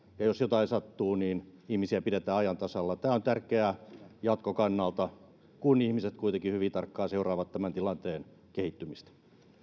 ja jos jotain sattuu niin ihmisiä pidetään ajan tasalla tämä on tärkeää jatkon kannalta kun ihmiset kuitenkin hyvin tarkkaan seuraavat tämän tilanteen kehittymistä